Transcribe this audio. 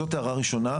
זאת ההערה הראשונה.